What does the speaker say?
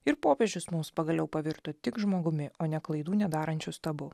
ir popiežius mums pagaliau pavirto tik žmogumi o ne klaidų nedarančiu stabu